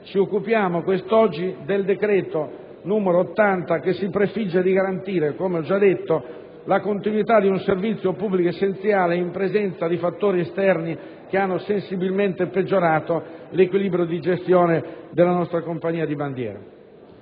ci occupiamo quest'oggi del decreto-legge n. 80, che si prefigge di garantire - come ho già detto - la continuità di un servizio pubblico essenziale in presenza di fattori esterni che hanno sensibilmente peggiorato l'equilibrio di gestione della nostra compagnia di bandiera.